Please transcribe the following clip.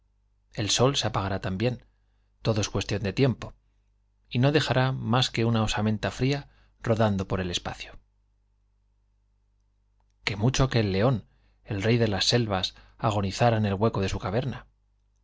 el sol se apagará también más que una todo es cuestión de tiempo y no dejará osamenta fría rodando por el espacio i qué mucho que el león el rey de las selvas ago nizara en el hueco de su caverna